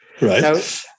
Right